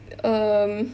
um